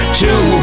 two